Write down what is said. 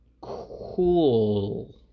cool